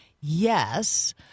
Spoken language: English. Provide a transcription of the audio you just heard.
Yes